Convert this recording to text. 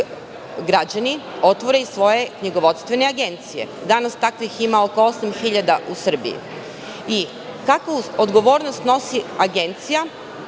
građani otvore i svoje knjigovodstvene agencije. Danas takvih ima oko 8.000 u Srbiji. Kakvu odgovornost snosi agencija